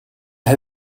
had